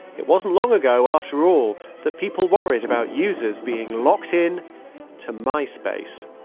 it wasn't long ago after all that people worried about users being locked in to myspace.